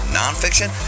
nonfiction